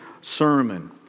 sermon